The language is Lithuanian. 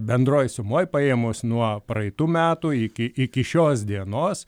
bendroj sumoj paėmus nuo praeitų metų iki iki šios dienos